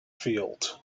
field